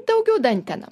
daugiau dantena